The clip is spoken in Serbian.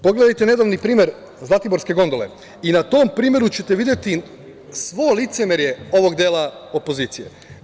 Pogledajte nedavni primer zlatiborske gondole i na tom primeru ćete videti svo licemerje ovog dela opozicije.